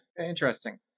Interesting